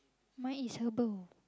mine is herbal